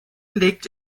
legt